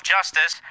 Justice